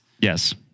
Yes